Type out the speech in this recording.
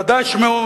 חדש מאוד.